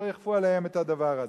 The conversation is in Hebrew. שלא יכפו עליהם את הדבר הזה.